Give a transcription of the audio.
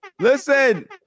listen